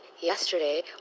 yesterday